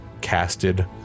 casted